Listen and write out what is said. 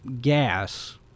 Gas